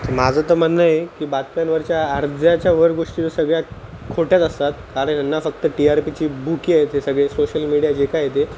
माझं तर म्हणणं आहे की बातम्यांवरच्या अर्ध्याच्या वर गोष्टी ज सगळ्यात खोट्याच असतात कारण यांना फक्त टी आर पीची भुखे आहेत सगळे सोशल मीडिया जे काय येते